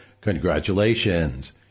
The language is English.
congratulations